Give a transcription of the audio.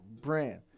brand